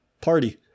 Party